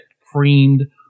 creamed